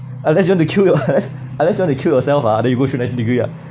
unless you want to kill your~ unless you wanna kill yourself ah then you go shoot ninety degree lah